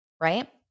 right